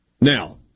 Now